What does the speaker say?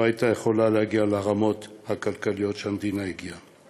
המדינה לא הייתה יכולה להגיע לרמה הכלכלית שהיא הגיעה אליה.